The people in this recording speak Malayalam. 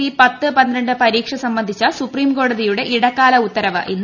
ഇ പത്ത് പന്ത്രണ്ട് പരീക്ഷ സംബന്ധിച്ച സൂപ്രീംകോടതിയുടെ ഇടക്കാല ഉത്തവ് ഇന്ന്